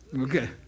Okay